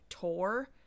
tour